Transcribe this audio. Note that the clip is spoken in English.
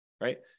right